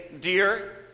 dear